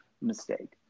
mistake